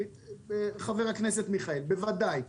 חבר הכנסת מיכאל ביטון בוודאי.